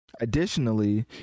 additionally